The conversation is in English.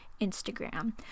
Instagram